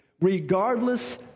regardless